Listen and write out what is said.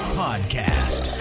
podcast